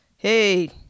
Hey